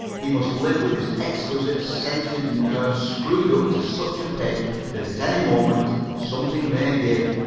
he must live with his exquisite sentient nerves screwed up to such a pitch that at any moment something may give.